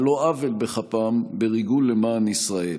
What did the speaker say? על לא עוול בכפם, בריגול למען ישראל.